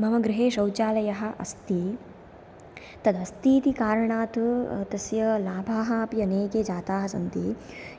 मम गृहे शौचालयः अस्ति तदस्तीति कारणात् तस्य लाभाः अपि अनेके जाताः सन्ति